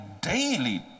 daily